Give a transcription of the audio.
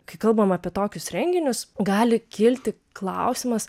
kai kalbam apie tokius renginius gali kilti klausimas